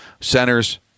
Centers